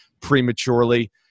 prematurely